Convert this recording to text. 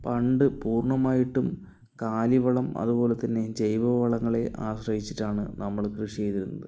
പണ്ട് പൂർണ്ണമായിട്ടും കാലിവളം അതുപോലത്തന്നെ ജൈവ വളങ്ങളെ ആശ്രയിച്ചിട്ടാണ് നമ്മൾ കൃഷി ചെയ്തിരുന്നത്